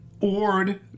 Ord